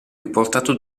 riportato